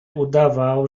udawał